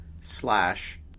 slash